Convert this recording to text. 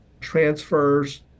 transfers